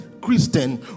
christian